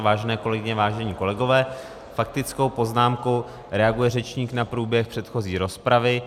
Vážené kolegyně, vážení kolegové, faktickou poznámkou reaguje řečník na průběh předchozí rozpravy.